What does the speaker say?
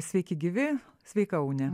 sveiki gyvi sveika une